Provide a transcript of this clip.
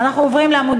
מי